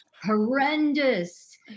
horrendous